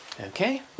Okay